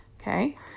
okay